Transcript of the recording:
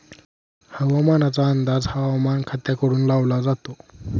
हवामानाचा अंदाज हवामान खात्याकडून लावला जातो